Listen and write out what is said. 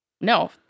No